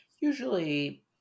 usually